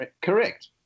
Correct